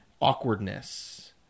awkwardness